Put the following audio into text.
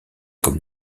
comme